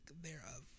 thereof